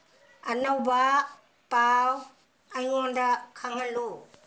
ꯑꯅꯧꯕ ꯄꯥꯎ ꯑꯩꯉꯣꯟꯗ ꯈꯪꯍꯜꯂꯨ